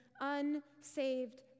unsaved